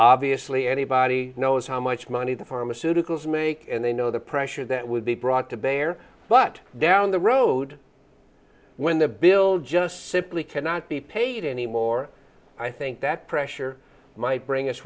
obviously anybody knows how much money the pharmaceuticals make and they know the pressure that would be brought to bear but down the road when the bill just simply cannot be paid anymore i think that pressure might bring us